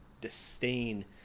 disdain